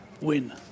win